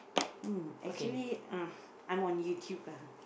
mm actually uh I'm on YouTube lah